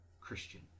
Christian